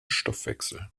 stoffwechsel